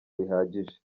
bihagije